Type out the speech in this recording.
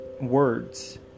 words